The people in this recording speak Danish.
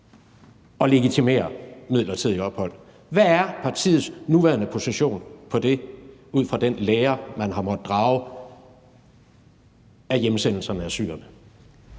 at legitimere midlertidige ophold. Hvad er partiets nuværende position på det ud fra den lære, man har måttet drage af hjemsendelserne af syrerne?